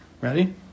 ready